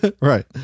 Right